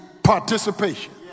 Participation